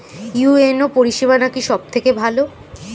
UNO পরিসেবা নাকি সব থেকে ভালো?